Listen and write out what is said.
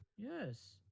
Yes